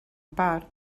part